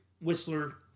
Whistler